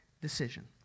decision